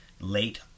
late